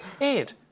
Ed